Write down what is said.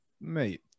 Mate